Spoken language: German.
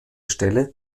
stelle